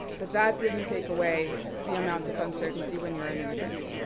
but that doesn't take away the amount of uncertainty when you're an immigrant.